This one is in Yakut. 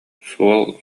суол